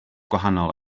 gwahanol